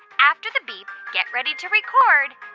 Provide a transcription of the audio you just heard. after the beep, get ready to record